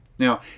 Now